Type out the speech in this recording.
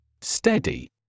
Steady